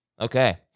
Okay